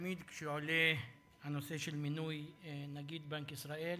תמיד כשעולה הנושא של מינוי נגיד בנק ישראל,